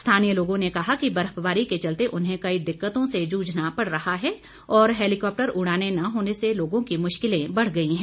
स्थानीय लोगों ने कहा कि बर्फबारी के चलते उन्हें कई दिक्कतों से जूझना पड़ रहा है और हैलीकाप्टर उड़ानें न होने से लोगों की मुश्किलें बढ़ गई हैं